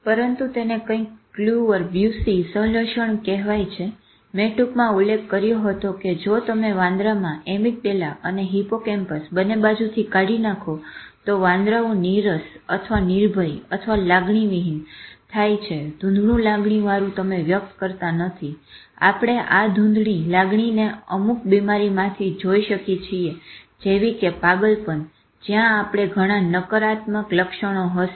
પરંતુ તેને કંઈક કલુવર બ્યુસી સહલશણ કહેવાય છે મેં ટુંકમાં ઉલ્લેખ કર્યો હતો કે જો તમે વાંદરામાં એમીગડાલા અને હિપ્પોકેમ્પસ બંને બાજુ થી કાઢી નાખો તો વાંદરાઓ નીરસ અથવા નિર્ભય લાગણીવિહીન "ધૂંધળું" લાગણી વારુ તમે વ્યક્ત કરતા નથી અને આપણે આ "ધૂંધણી" લાગણીને અમુક બીમારીમાં જોઈ શકી છીએ જેવી કે પાગલપન જ્યાં આપણને ઘણા નકારાત્મક લક્ષણો હશે